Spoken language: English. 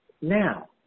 now